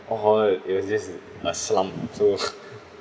all al~ it was just a slump so